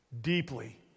deeply